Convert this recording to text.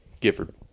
Gifford